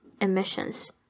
emissions